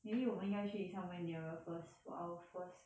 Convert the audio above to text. maybe 我们应该去 somewhere nearer first for our first